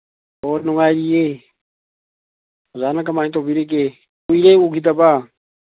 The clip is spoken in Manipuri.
ꯑꯣ ꯅꯨꯡꯉꯥꯏꯔꯤꯌꯦ ꯑꯣꯖꯥꯅ ꯀꯃꯥꯏꯅ ꯇꯧꯕꯤꯔꯤꯒꯦ ꯀꯨꯏꯔꯦ ꯎꯒꯤꯗꯕ